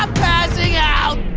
ah passing out.